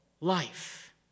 life